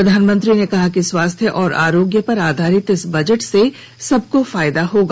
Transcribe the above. प्रधानमंत्री ने कहा कि स्वास्थ्य और आरोग्य पर आधारित इस बजट से सबको फायदा होगा